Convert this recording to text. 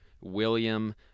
William